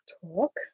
talk